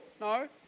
No